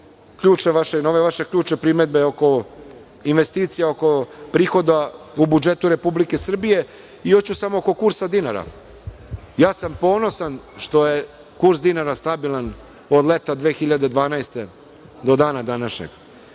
vaše ključne primedbe oko investicija, oko prihoda u budžetu Republike Srbije i hoću samo oko kursa dinara. Ponosan sam što je kurs dinara stabilan od leta 2012. godine do dana današnjeg.